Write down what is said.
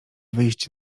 wyjść